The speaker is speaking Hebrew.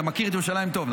אתה מכיר את ירושלים טוב,